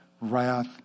wrath